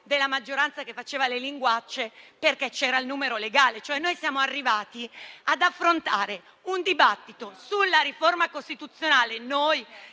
della maggioranza che faceva le linguacce perché c'era il numero legale. Siamo arrivati ad affrontare un dibattito sulla riforma costituzionale